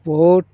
बहुद